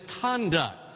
conduct